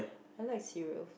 I like cereal